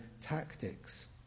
tactics